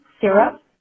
syrup